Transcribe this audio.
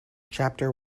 chapter